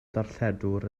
darlledwr